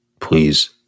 please